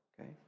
Okay